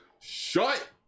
Shut